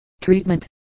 Treatment